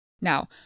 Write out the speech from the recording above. Now